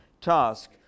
task